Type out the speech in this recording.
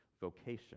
vocation